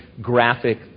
graphic